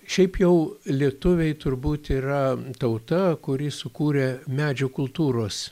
šiaip jau lietuviai turbūt yra tauta kuri sukūrė medžio kultūros